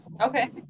okay